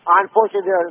Unfortunately